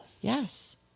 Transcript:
yes